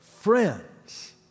friends